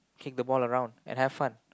kick the ball around and have fun